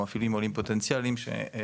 או אפילו עם עולים פוטנציאלים שאמרו